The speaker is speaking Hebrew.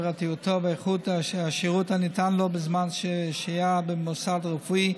פרטיותו ואיכות השירות הניתן לו בזמן שהייה במוסד הרפואי,